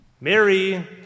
Mary